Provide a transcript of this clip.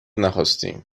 نخواستی